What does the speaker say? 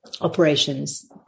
operations